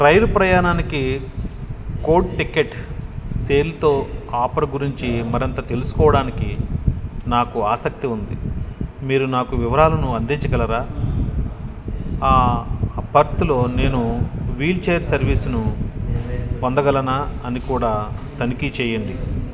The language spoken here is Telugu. రైలు ప్రయాణానికి కోడ్ టికెట్ సేల్తో ఆపర్ గురించి మరంత తెలుసుకోవడానికి నాకు ఆసక్తి ఉంది మీరు నాకు వివరాలను అందించగలరా ఆ బర్త్లో నేను వీల్చైర్ సర్వీస్ను పొందగలనా అని కూడా తనిఖీ చెయ్యండి